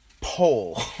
poll